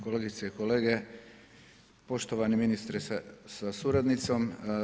Kolegice i kolege, poštovani ministre sa suradnicom.